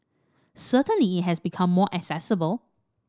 certainly it has become more accessible